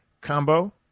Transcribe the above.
Combo